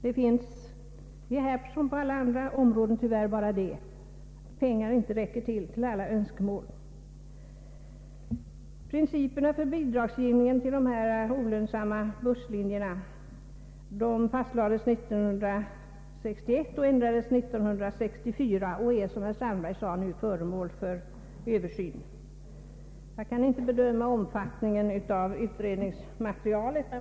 Som på många andra områden finns det beträffande detta tyvärr endast att säga att pengarna inte räcker till för alla önskemål. Principerna för bidragsgivningen till de olönsamma busslinjerna fastlades år 1961 och ändrades år 1964. De är, som herr Strandberg sade, nu föremål för översyn. Jag kan inte bedöma omfattningen av utredningsmaterialet.